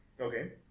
Okay